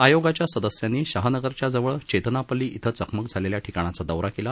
आयोगाच्या सदस्यांनी शाहनगरच्याजवळ चेतनापल्ली इथं चकमक झालेल्या ठिकाणचा दौरा केला